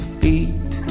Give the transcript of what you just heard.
feet